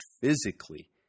physically